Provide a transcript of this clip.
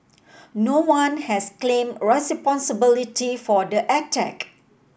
no one has claimed responsibility for the attack